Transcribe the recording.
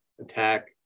attack